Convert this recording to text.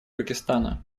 пакистана